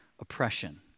oppression